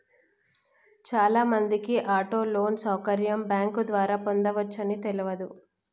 చాలామందికి auto loan సౌకర్యం bank ద్వారా పొందవచ్చని తెలవదు